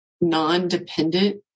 non-dependent